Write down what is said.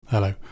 Hello